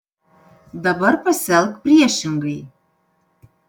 dabar pasielk priešingai